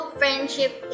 friendship